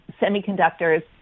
semiconductors